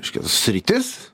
reiškias sritis